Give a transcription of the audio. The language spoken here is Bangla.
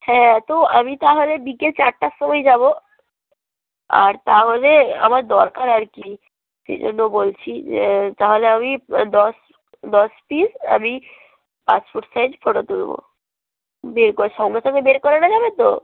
হ্যাঁ তো আমি তাহলে বিকেল চারটার সময় যাবো আর তাহলে আমার দরকার আর কি সেজন্য বলছি যে তাহলে আমি দশ দশ পিস আমি পাসপোর্ট সাইজ ফোটো তুলবো বের করে সামনা সামনি বের করানো যাবে তো